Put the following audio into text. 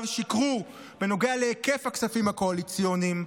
שיקרו בנוגע להיקף הכספים הקואליציוניים.